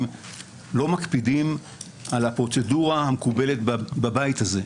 לא מקפידים על הפרוצדורה המקובלת בבית הזה,